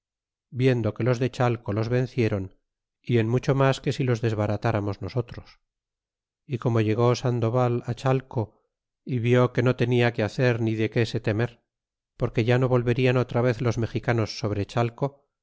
viendo que los de chalco los venciéron y en mucho mas que si los desbaratáramos nosotros y como llegó sandoval á chateo y vi que no tenia que hacer ni de que se temer que ya no volverian otra vez los mexicanos sobre